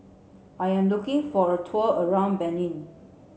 I am looking for a tour around Benin